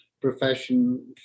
profession